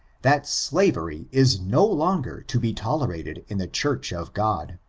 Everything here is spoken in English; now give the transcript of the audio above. that slavery is no longer to be tolerated in the church of god.